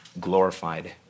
glorified